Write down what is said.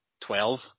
Twelve